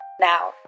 Now